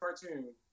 cartoon